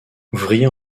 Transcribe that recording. ouvrier